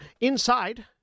Inside